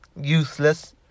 Useless